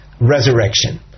resurrection